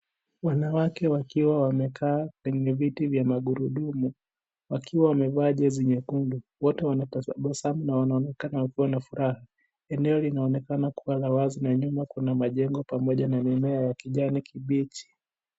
Wanawake wakiwa wamekaa kwenye viti vya magurudumu wakiwa wamevaa jezi nyekundu. Wote wanatabasamu na wanaonekana wakiwa na furaha. Eneo linaonekana kuwa la wazi na nyuma kuna majengo pamoja na mimea ya kijani kibichi.